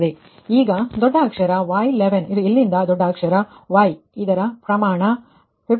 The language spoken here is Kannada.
ಈಗ ದೊಡ್ಡ ಅಕ್ಷರY11 ಇದು ಇಲ್ಲಿಂದ ದೊಡ್ಡ ಅಕ್ಷರ Y1 ಇದರ ಪ್ರಮಾಣ 53